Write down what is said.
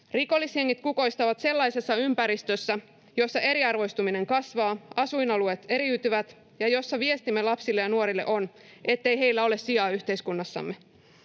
Rikollisjengit kukoistavat sellaisessa ympäristössä, jossa eriarvoistuminen kasvaa, asuinalueet eriytyvät ja jossa viestimme lapsille ja nuorille on, ettei heillä ole sijaa yhteiskunnassamme.